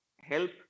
help